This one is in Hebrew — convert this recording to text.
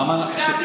למה?